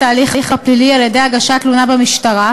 ההליך הפלילי על-ידי הגשת תלונה במשטרה,